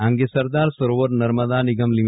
આ અંગે સરદાર સરોવર નર્મદા નિગમ લિ